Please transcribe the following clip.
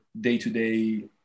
day-to-day